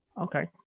Okay